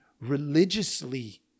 religiously